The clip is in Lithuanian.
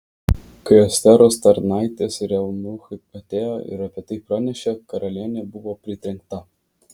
kai esteros tarnaitės ir eunuchai atėjo ir apie tai pranešė karalienė buvo pritrenkta